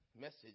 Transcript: message